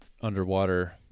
underwater